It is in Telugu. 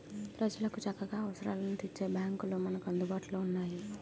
ప్రజలకు చక్కగా అవసరాలను తీర్చే బాంకులు మనకు అందుబాటులో ఉన్నాయి